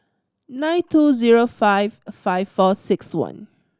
nine two zero five five four six one